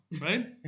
Right